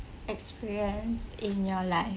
experience in your life